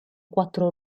quattro